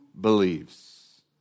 believes